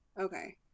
Okay